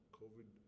covid